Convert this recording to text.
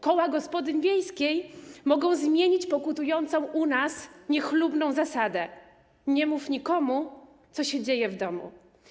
Koła gospodyń wiejskich mogą zmienić pokutującą u nas niechlubną zasadę: nie mów nikomu, co się dzieje w domu.